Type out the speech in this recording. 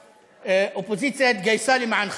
האופוזיציה התגייסה למענך,